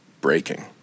breaking